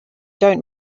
don’t